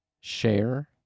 share